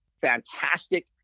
fantastic